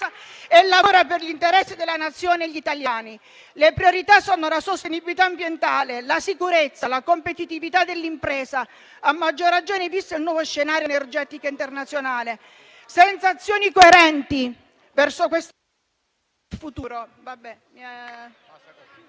e lavora per gli interessi della Nazione e per gli italiani. Le priorità sono la sostenibilità ambientale, la sicurezza, la competitività dell'impresa, a maggior ragione visto il nuovo scenario energetico internazionale. È sulla scorta di queste